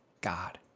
God